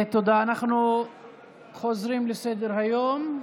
אנחנו עוברים להצעות לסדר-היום.